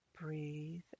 Breathe